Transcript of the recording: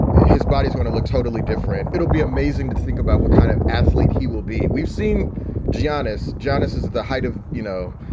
his body is going to look totally different. it'll be amazing to think about what kind of athlete he will be. we've seen giannis janis's at the height of, you know,